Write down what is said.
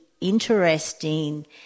interesting